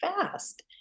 fast